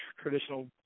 traditional